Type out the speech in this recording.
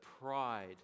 pride